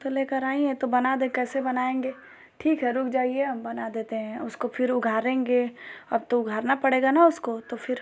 तो लेकर आई हैं तो बना दें कैसे बनाएँगे ठीक है रुक जाइए हम बना देते हैं उसको फिर उघाड़ेंगे अब तो उघाड़ना पड़ेगा ना उसको तो फिर